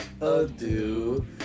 Adieu